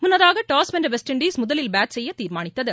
முன்னதாக டாஸ் வென்ற West Indies முதலில் பேட் செய்ய தீர்மானித்தது